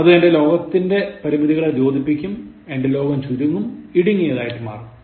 അത് എന്റെ ലോകത്തിന്റെ പരിമിതികളെ ദ്യോദിപ്പിക്കും എന്റെ ലോകം ചുരുങ്ങും ഇടുങ്ങിയതായി മാറും